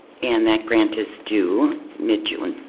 and that grant is due mid-june.